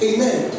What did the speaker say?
Amen